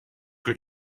que